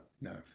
no